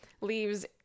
leaves